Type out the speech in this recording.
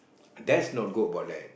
that's not good about that